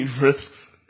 risks